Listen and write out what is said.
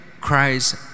Christ